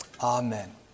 Amen